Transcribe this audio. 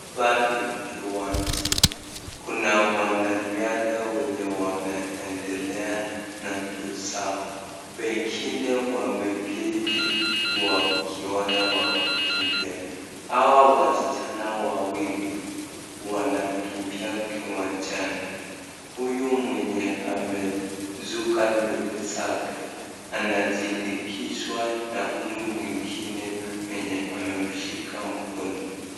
Hapa ni kiwanja. Kuna wanariadha wenye wanaendelea na mbio zao. Wengine wameketi wakiona wakikimbia. Hawa wasichana wawili wanakimbia kiwanjani. Huyu mwenye amesuka nywele zake anasindikizwa na huyu mwingine mwenye amemshika mkono.